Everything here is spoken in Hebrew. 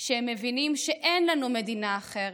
שהם מבינים שאין לנו מדינה אחרת,